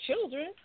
children